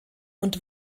und